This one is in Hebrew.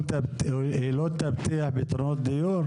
היא לא תבטיח פתרונות דיור?